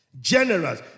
Generous